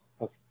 Okay